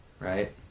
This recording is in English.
Right